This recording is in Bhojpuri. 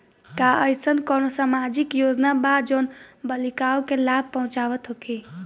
का एइसन कौनो सामाजिक योजना बा जउन बालिकाओं के लाभ पहुँचावत होखे?